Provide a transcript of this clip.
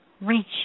reach